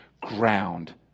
ground